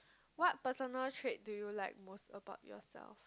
what personal trait do you like most about yourself